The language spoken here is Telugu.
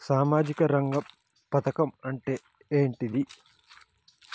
సామాజిక రంగ పథకం అంటే ఏంటిది?